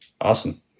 Awesome